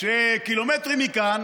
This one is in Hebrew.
שקילומטרים מכאן